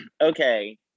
okay